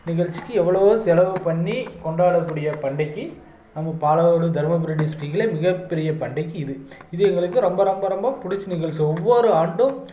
நிகழ்ச்சிக்கு எவ்வளோவோ செலவு பண்ணி கொண்டாடக்கூடிய பண்டிகை நம்ம பாலவோடு தருமபுரி டிஸ்டிக்கில் மிகப்பெரிய பண்டிகை இது இது எங்களுக்கு ரொம்ப ரொம்ப ரொம்ப பிடிச்ச நிகழ்ச்சி ஒவ்வொரு ஆண்டும்